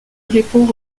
répond